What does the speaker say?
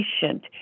patient